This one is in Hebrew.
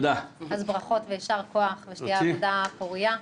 ברכות ויישר כוח, ושתהיה עבודה פורייה.